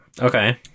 Okay